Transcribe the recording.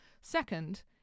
Second